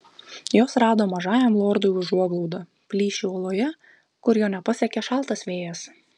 jos rado mažajam lordui užuoglaudą plyšį uoloje kur jo nepasiekė šaltas vėjas